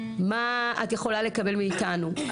מה את יכולה לקבל מאיתנו.